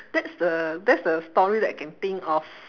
that's the that's the story that I can think of